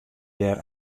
dêr